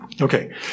Okay